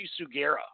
Sugera